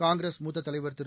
காங்கிரஸ் மூத்த தலைவர் திரு